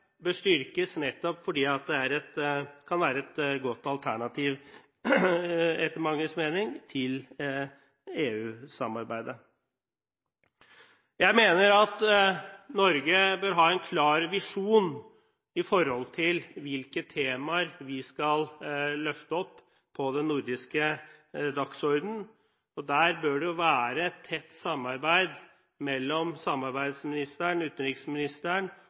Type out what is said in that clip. bør styrkes nettopp fordi det kan være et godt alternativ – etter manges mening – til EU-samarbeidet. Jeg mener at Norge bør ha en klar visjon om hvilke temaer vi skal løfte opp på den nordiske dagsordenen, og der bør det være et tett samarbeid mellom samarbeidsministeren, utenriksministeren